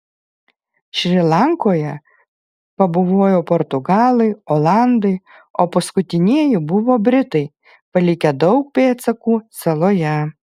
šri lankoje pabuvojo portugalai olandai o paskutinieji buvo britai palikę daug pėdsakų saloje